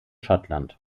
schottland